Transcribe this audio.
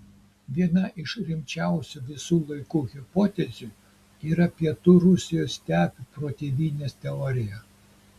viena iš rimčiausių visų laikų hipotezių yra pietų rusijos stepių protėvynės teorija